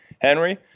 Henry